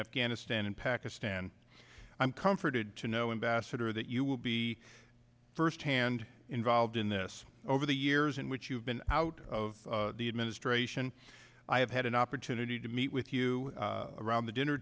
afghanistan and pakistan i'm comforted to know in basad or that you will be first hand involved in this over the years in which you have been out of the administration i have had an opportunity to meet with you around the dinner